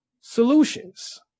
solutions